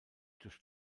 durch